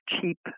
cheap